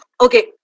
Okay